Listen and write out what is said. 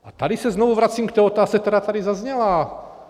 A tady se znovu vracím k otázce, která tady zazněla.